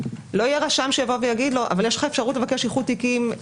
לא יהיה רשם שיגיד לו: אבל יש לך אפשרות לבקש איחוד תיקים.